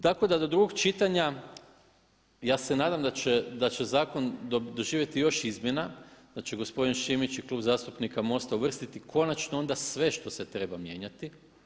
Tako da do drugog čitanja ja se nadam da će zakon doživjeti još izmjena, da će gospodin Šimić i Klub zastupnika MOST-a konačno onda sve što se treba mijenjati.